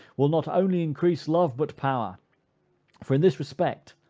will not only increase love, but power for in this respect,